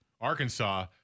Arkansas